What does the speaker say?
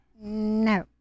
no